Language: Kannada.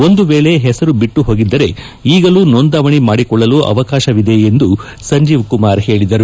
ಒಂದು ವೇಳೆ ಹೆಸರು ಬಿಟ್ಲು ಹೋಗಿದ್ದರೆ ಈಗಲೂ ನೋಂದಣಿ ಮಾಡಿಕೊಳ್ಳಲು ಅವಕಾಶವಿದೆ ಎಂದೂ ಸಂಜೀವ್ ಕುಮಾರ್ ಹೇಳಿದರು